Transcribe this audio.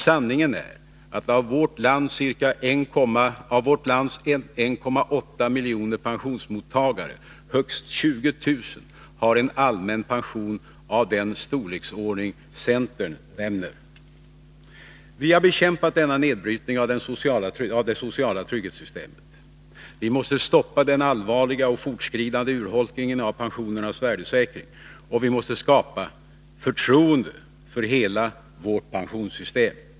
Sanningen är att av vårt lands 1,8 miljoner pensionsmottagare högst 20 000 har en allmän pension av den storleksordning centern nämner. Vi har bekämpat denna nedbrytning av det sociala trygghetssystemet. Vi måste stoppa den allvarliga och fortskridande urholkningen av pensionernas värdesäkring, och vi måste skapa förtroende för hela vårt pensionssystem.